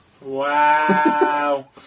Wow